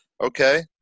okay